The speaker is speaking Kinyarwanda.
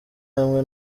hamwe